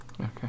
Okay